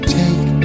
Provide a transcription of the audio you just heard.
take